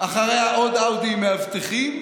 אחריה עוד אאודי, עם מאבטחים,